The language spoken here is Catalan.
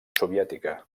soviètica